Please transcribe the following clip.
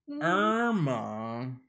Irma